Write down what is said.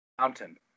mountain